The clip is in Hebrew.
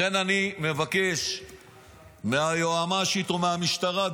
לכן אני מבקש מהיועמ"שית או מהמשטרה,